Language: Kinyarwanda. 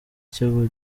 cyo